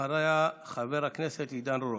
אחריה, חבר הכנסת עידן רול.